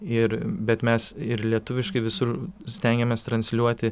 ir bet mes ir lietuviškai visur stengiamės transliuoti